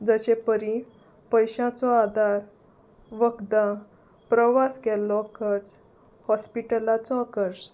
जशे परी पयशांचो आदार वखदां प्रवास केल्लो खर्च हॉस्पिटलाचो खर्च